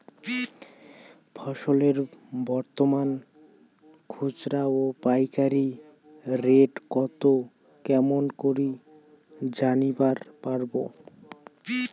ফসলের বর্তমান খুচরা ও পাইকারি রেট কতো কেমন করি জানিবার পারবো?